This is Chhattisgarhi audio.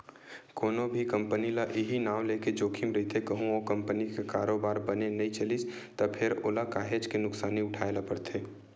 कोनो भी कंपनी ल इहीं नांव लेके जोखिम रहिथे कहूँ ओ कंपनी के कारोबार बने नइ चलिस त फेर ओला काहेच के नुकसानी उठाय ल परथे